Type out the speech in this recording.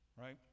right